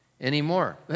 anymore